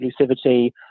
inclusivity